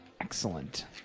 Excellent